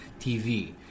TV